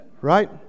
right